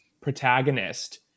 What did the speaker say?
protagonist